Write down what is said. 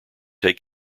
take